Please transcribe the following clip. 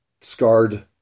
scarred